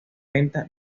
venta